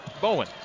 Bowen